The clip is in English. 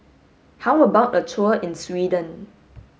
how about a tour in Sweden